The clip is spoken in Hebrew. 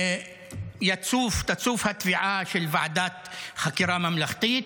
תצוף התביעה לוועדת חקירה ממלכתית,